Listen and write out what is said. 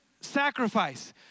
sacrifice